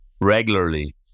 regularly